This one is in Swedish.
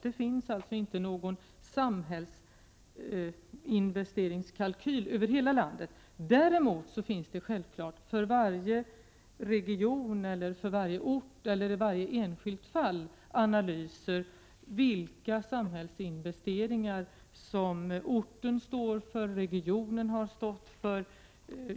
Det finns alltså inte någon samhällsinvesteringskalkyl för hela landet. Däremot finns det självfallet för varje region, för varje ort eller i varje enskilt fall analyser av vilka samhällsinvesteringar som regionen eller orten står för.